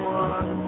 one